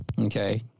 okay